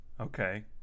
Okay